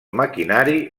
maquinari